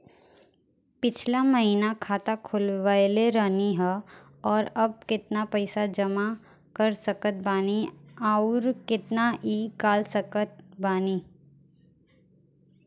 पिछला महीना खाता खोलवैले रहनी ह और अब केतना पैसा जमा कर सकत बानी आउर केतना इ कॉलसकत बानी?